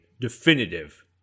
definitive